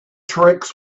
tricks